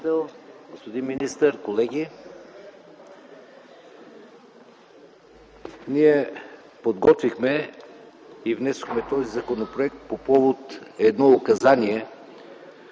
господин министър, колеги! Ние подготвихме и внесохме този законопроект по повод едно указание